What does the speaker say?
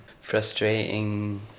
frustrating